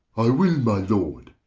i will, my lord.